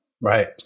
Right